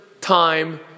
time